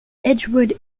edgewood